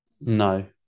No